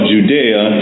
Judea